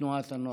בתנועת הנוער.